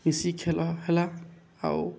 ମିଶି ଖେଳ ହେଲା ଆଉ